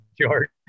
George